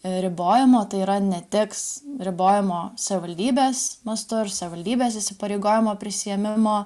ribojimo tai yra netiks ribojimo savaldybės mastu ir savaldybės įsipareigojimo prisiėmimo